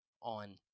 on